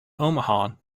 omaha